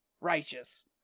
Righteous